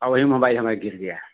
और ये मोबाईल हमारा गिर गया